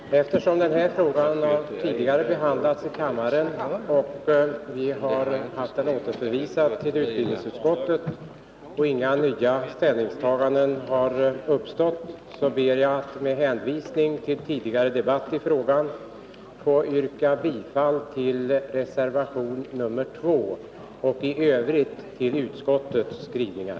Fru talman! Eftersom denna fråga tidigare behandlats i kammaren och vi har haft ärendet återförvisat till utbildningsutskottet och inga nya ställningstaganden uppstått, ber jag med hänvisning till tidigare debatt i frågan få yrka bifall till reservation 2 och i övrigt till utskottets skrivningar.